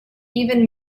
even